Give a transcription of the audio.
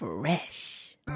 fresh